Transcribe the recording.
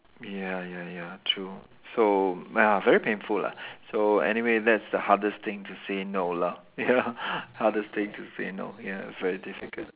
ya ya ya true so ah very painful lah so anyway that's the hardest thing to say no lah ya hardest thing to say no ya very difficult